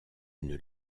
une